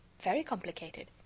very complicated.